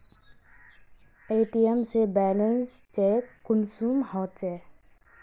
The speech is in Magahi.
ए.टी.एम से बैलेंस चेक कुंसम होचे?